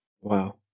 wow